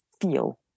feel